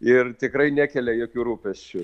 ir tikrai nekelia jokių rūpesčių